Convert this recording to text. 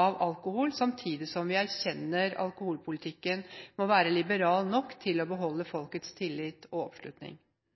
av alkohol, samtidig som vi erkjenner at alkoholpolitikken må være liberal nok til å beholde folkets tillit og oppslutning.